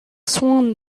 swan